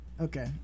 Okay